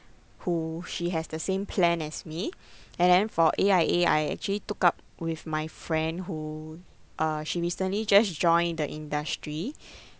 who she has the same plan as me and then for A_I_A I actually took up with my friend who uh she recently just joined the industry